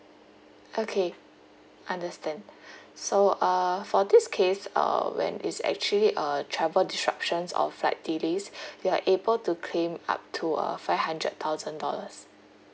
okay understand so uh for this case uh when it's actually a travel disruptions or flight delays you are able to claim up to uh five hundred thousand dollars